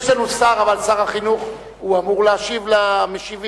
יש לנו שר, אבל שר החינוך אמור להשיב למשיבים,